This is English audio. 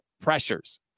pressures